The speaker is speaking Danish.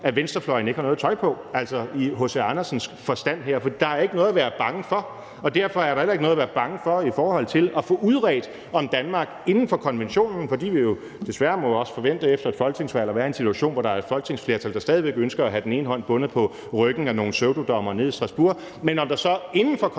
at venstrefløjen ikke har noget tøj på, altså i H.C. Andersensk forstand her, fordi der ikke er noget at være bange for, og derfor er der heller ikke noget at være bange for i forhold til at få udredt, om Danmark inden for konventionen – fordi vi desværre jo også må forvente efter et folketingsvalg at være i en situation, hvor der er et folketingsflertal, der stadig væk ønsker at have den ene hånd bundet på ryggen af nogle pseudodommere nede i Strasbourg – trods alt skulle have